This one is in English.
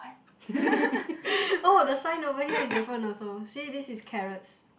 oh the sign over here is different also see this is carrots